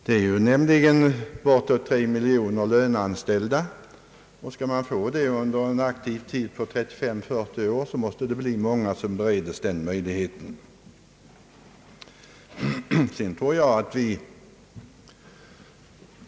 Det finns nämligen bortåt tre miljoner löneanställda i landet, och om var och en skulle få sådan ledighet under en aktiv tid på 30—40 år, måste det årligen bli många som beredes 1ledighet.